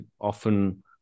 often